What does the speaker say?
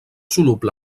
soluble